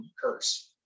curse